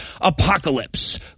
Apocalypse